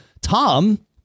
Tom